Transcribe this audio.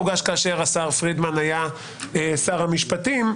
הוגש כאשר השר פרידמן היה שר המשפטים.